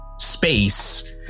space